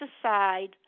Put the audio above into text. aside